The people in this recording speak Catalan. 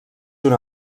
una